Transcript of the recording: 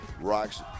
rocks